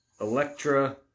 Electra